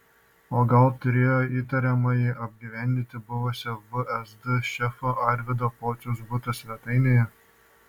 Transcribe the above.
o gal turėjo įtariamąjį apgyvendinti buvusio vsd šefo arvydo pociaus buto svetainėje